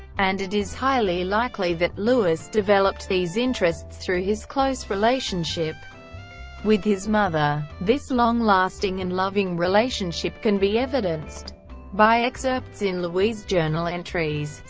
and it is highly likely that louis developed these interests through his close relationship with his mother. this long-lasting and loving relationship can be evidenced by excerpts in louis' journal entries,